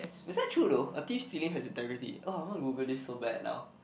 is that true though a thief stealing has integrity !wah! I want to Google this so bad now